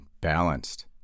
balanced